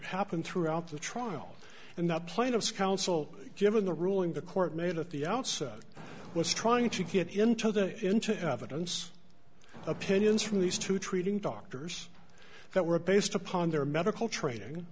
happened throughout the trial and the plaintiff's counsel given the ruling the court made at the outset was trying to get into the into evidence opinions from these two treating doctors that were based upon their medical training